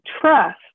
trust